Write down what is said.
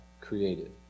created